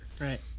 Right